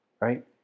right